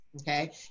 okay